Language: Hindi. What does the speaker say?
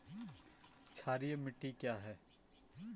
क्षारीय मिट्टी क्या है?